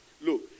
Look